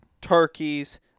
turkeys